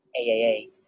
AAA